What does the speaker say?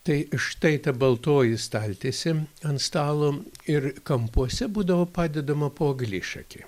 tai štai ta baltoji staltiesė ant stalo ir kampuose būdavo padedama po eglišakį